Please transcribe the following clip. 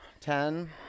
Ten